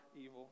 evil